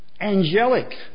angelic